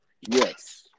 Yes